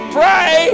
pray